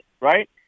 right